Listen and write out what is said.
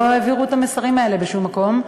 לא העבירו את המסרים האלה בשום מקום,